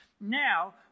Now